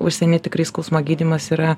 užsienyje tikrai skausmo gydymas yra